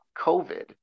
COVID